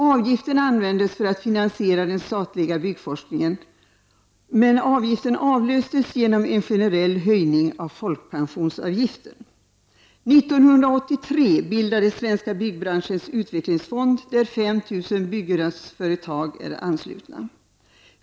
Avgiften användes för att finansiera den statliga byggforskningen, men avgiften avlöstes genom en generell höjning av folkpensionsavgiften. År 1983 bildades Svenska byggbranschens utvecklingsfond, där 5 000 byggföretag är anslutna.